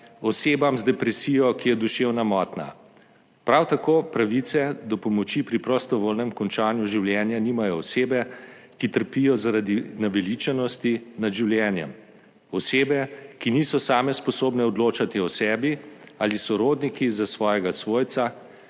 osebam z depresijo, ki je duševna motnja. Prav tako pravice do pomoči pri prostovoljnem končanju življenja nimajo osebe, ki trpijo zaradi naveličanosti nad življenjem, osebe, ki niso same sposobne odločati o sebi, ali sorodniki za svojega svojca,